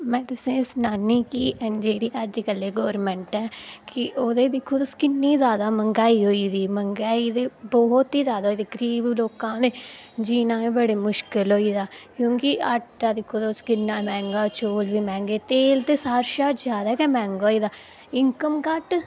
में तुसेंई सनान्नीं के जेह्ड़ी अजकल गौरमैंट ऐ कि दिक्खो तुस किन्नी जादा मंग्हाई होई दी बहुत ई जादा होई दी गरीब लोकें दा जीना गै बड़ा मुश्कल क्योंकि आटा दिक्खो तुस किन्ना मैंह्गा चौल बी मैंह्गे तेल ते सारें शा जादा गै मैंह्गा होई गेआ दा इन्कम घट्ट ते